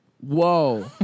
whoa